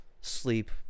Sleep